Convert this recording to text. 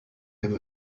have